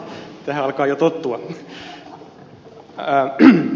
arvoisa puhemies